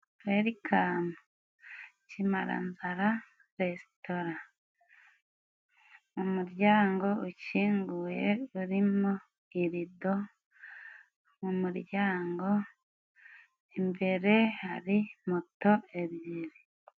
Werikamu Kimaranzara resitora, umuryango ukinguye urimo irido, mu muryango imbere hari moto ebyiri.